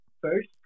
first